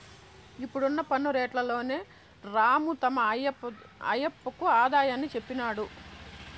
ఇప్పుడున్న పన్ను రేట్లలోని రాము తమ ఆయప్పకు ఆదాయాన్ని చెప్పినాడు